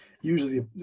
Usually